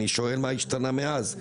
אני שואל מה השתנה מאז?